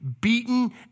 beaten